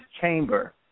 chamber